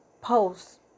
post